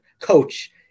coach